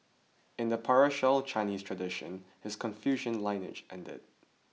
in the patriarchal Chinese tradition his Confucian lineage ended